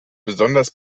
besonders